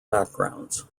backgrounds